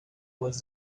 was